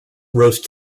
roast